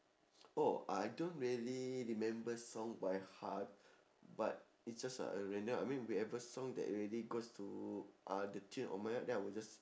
oh I don't really remember song by heart but it's just a a random I mean whichever song that really goes to uh the tune on my heart then I will just